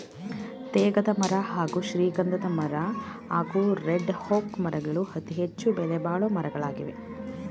ತೇಗದಮರ ಹಾಗೂ ಶ್ರೀಗಂಧಮರ ಹಾಗೂ ರೆಡ್ಒಕ್ ಮರಗಳು ಅತಿಹೆಚ್ಚು ಬೆಲೆಬಾಳೊ ಮರಗಳಾಗವೆ